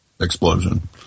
explosion